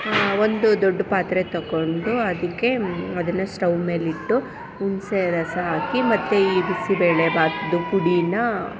ಒಂದು ದೊಡ್ಡ ಪಾತ್ರೆ ತೊಗೊಂಡು ಅದಕ್ಕೆ ಅದನ್ನು ಸ್ಟೌವ್ ಮೇಲಿಟ್ಟು ಹುಣಸೆ ರಸ ಹಾಕಿ ಮತ್ತು ಈ ಬಿಸಿಬೇಳೆಬಾತದ್ದು ಪುಡಿನ